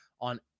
on